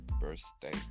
birthday